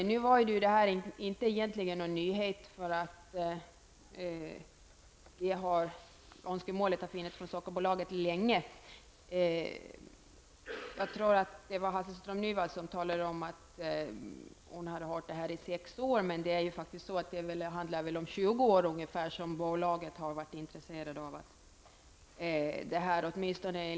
Det var dock egentligen inte någon nyhet, eftersom önskemålet om nedläggning har funnits länge från Sockerbolagets sida. Ingrid Hasselström Nyvall talade om att hon hade hört detta i sex år, men det är väl i ungefär 20 år som Sockerbolaget har varit intresserad av nedläggning.